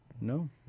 No